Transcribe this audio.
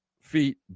feet